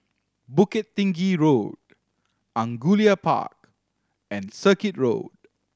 Bukit Tinggi Road Angullia Park and Circuit Road